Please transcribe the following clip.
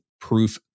Proof